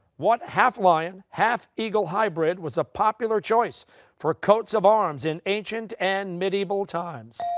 what half-lion, half-eagle hybrid was a popular choice for coats of arms in ancient and medieval times?